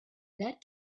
that